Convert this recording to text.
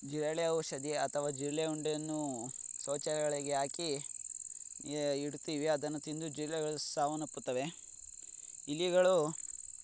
ಜಿರಳೆ ಔಷಧಿ ಅಥವಾ ಜಿರಳೆ ಉಂಡೆಯನ್ನು ಶೌಚಾಲಯಗಳಿಗೆ ಹಾಕಿ ಇಡ್ತೀವಿ ಅದನ್ನು ತಿಂದು ಜಿರಲೆಗಳು ಸಾವನ್ನಪ್ಪುತ್ತವೆ ಇಲಿಗಳು